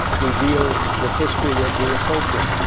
we deal with history as we approach it.